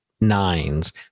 nines